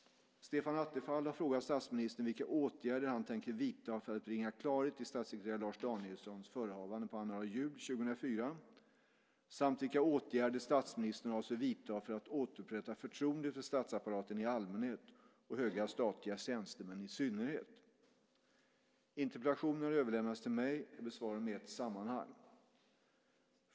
Stefan Attefall har frågat statsministern vilka åtgärder han tänker vidta för att bringa klarhet i statssekreterare Lars Danielssons förehavanden på annandag jul 2004 samt vilka åtgärder statsministern avser att vidta för att återupprätta förtroendet för statsapparaten i allmänhet och höga statliga tjänstemän i synnerhet. Interpellationerna har överlämnats till mig. Jag besvarar dem i ett sammanhang.